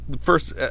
First